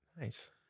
Nice